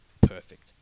perfect